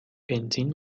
بنزین